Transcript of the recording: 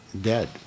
dead